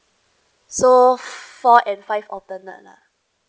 so four and five alternate lah